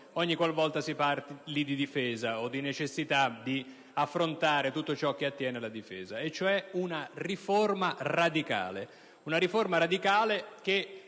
ogni qual volta si parli di difesa o di necessità di affrontare tutto ciò che attiene alla difesa, cioè una riforma radicale. Tale riforma deve